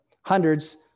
hundreds